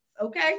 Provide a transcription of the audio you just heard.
Okay